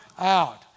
out